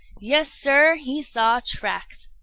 yes, sir, he saw tracks,